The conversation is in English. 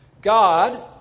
god